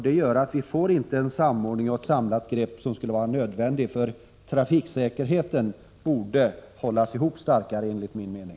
Det gör att vi inte får den samordning och det samlade grepp som skulle vara nödvändigt. De frågor som rör trafiksäkerheten borde hållas ihop starkare enligt min mening.